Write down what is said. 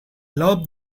love